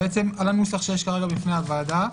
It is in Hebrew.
על הנוסח שיש כרגע בפני הוועדה,